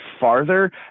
farther